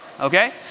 Okay